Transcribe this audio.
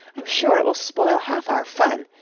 i'm sure it will spoil half our fun.